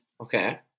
Okay